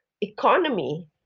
economy